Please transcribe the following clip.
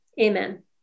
Amen